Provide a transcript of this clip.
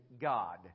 God